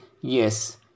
yes